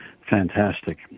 fantastic